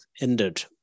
ended